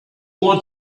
want